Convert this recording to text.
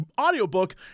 audiobook